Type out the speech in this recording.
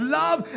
love